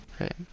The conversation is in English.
right